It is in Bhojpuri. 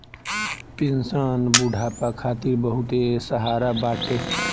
पेंशन बुढ़ापा खातिर बहुते सहारा बाटे